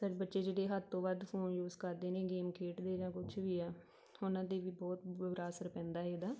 ਸਾਡੇ ਬੱਚੇ ਜਿਹੜੇ ਹੱਦ ਤੋਂ ਵੱਧ ਫੋਨ ਯੂਜ਼ ਕਰਦੇ ਨੇ ਗੇਮ ਖੇਡਦੇ ਜਾਂ ਕੁਛ ਵੀ ਆ ਉਹਨਾਂ 'ਤੇ ਵੀ ਬਹੁਤ ਬੁਰਾ ਅਸਰ ਪੈਂਦਾ ਹੈ ਇਹਦਾ